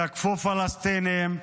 תקפו פלסטינים.